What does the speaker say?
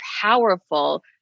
powerful